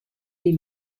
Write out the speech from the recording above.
les